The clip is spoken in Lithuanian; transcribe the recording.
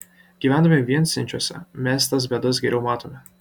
gyvendami viensėdžiuose mes tas bėdas geriau matome